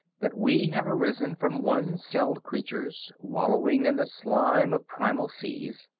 that we have arisen from one-celled creatures wallowing in the slime of primal seas.